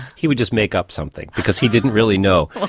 he would just make up something because he didn't really know.